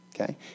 Okay